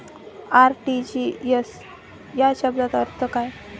RTGS या शब्दाचा अर्थ काय?